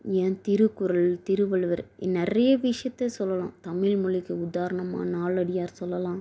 ஏன் திருக்குறள் திருவள்ளுவர் நிறைய விஷயத்த சொல்லலாம் தமிழ் மொழிக்கு உதாரணமாக நாலடியார் சொல்லலாம்